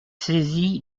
saisi